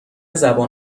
زبان